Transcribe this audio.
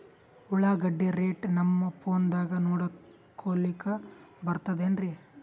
ಉಳ್ಳಾಗಡ್ಡಿ ರೇಟ್ ನಮ್ ಫೋನದಾಗ ನೋಡಕೊಲಿಕ ಬರತದೆನ್ರಿ?